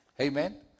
Amen